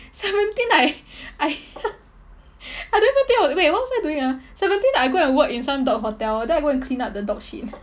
seventeen I I I don't even think I would wait what was I doing ah seventeen I go and work in some dog hotel then I go and clean up the dog shit